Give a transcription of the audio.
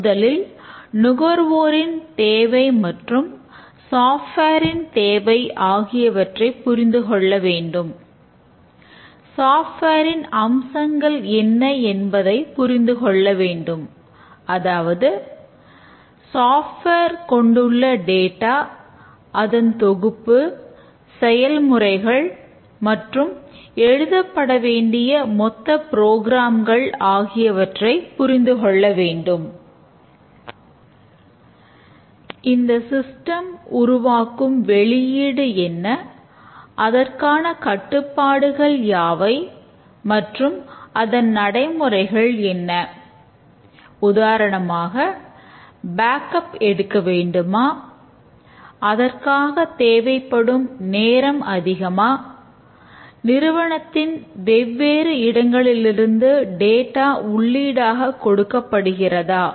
முதலில் நுகர்வோரின் தேவை மற்றும் சாஃப்ட்வேர் இந்த சிஸ்டம் உள்ளீடாக கொடுக்கப்படுகிறதா